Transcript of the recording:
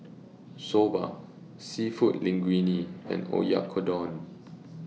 Soba Seafood Linguine and Oyakodon